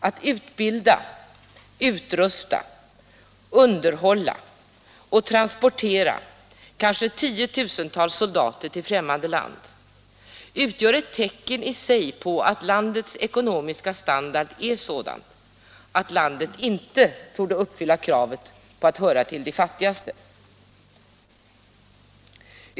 Att man kan utbilda, utrusta och underhålla samt transportera tiotusentals soldater till främmande land utgör i sig ett tecken på att landets ekonomiska standard är sådan att landet inte torde uppfylla kravet på att höra till de fattigaste.